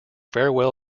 farewell